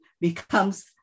becomes